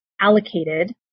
allocated